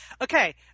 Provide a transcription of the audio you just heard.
okay